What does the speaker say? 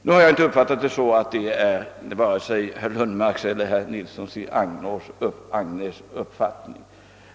Jag har inte uppfattat det så, att detta är vare sig herr Lundmarks eller herr Nilssons i Agnäs uppfattning.